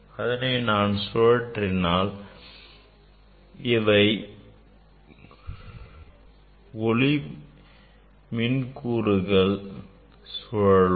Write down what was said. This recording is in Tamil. இதனை நான் சுழற்றினால் இவை ஒளிக் கதிர்களின் மின் கூறுகளை சுழற்றும்